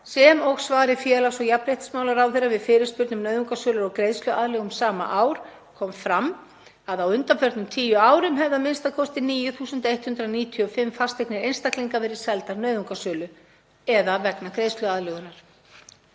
sem og svari félags- og jafnréttismálaráðherra við fyrirspurn um nauðungarsölu og greiðsluaðlögun sama ár, kom fram að á undanförnum tíu árum hefðu a.m.k. 9.195 fasteignir einstaklinga verið seldar nauðungarsölu eða vegna greiðsluaðlögunar.